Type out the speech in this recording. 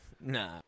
nah